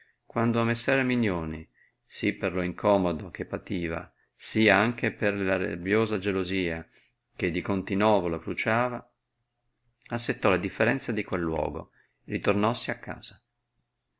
quando messer erminione si per lo incomodo che pativa sì anche per la rabbiosa gelosia che di continovo lo cruciava assettò le differenze di quel luogo e ritornossi a casa